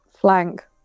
flank